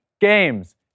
games